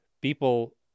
people